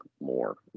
more